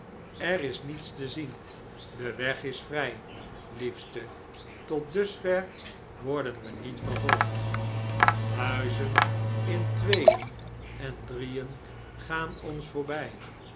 men ons niet vervolgt erisnietstezien de weg is vr ji liefste tot dusver worden we niet vervolgd huizen in tweeen en drieen gaan ons voorbjj